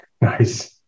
Nice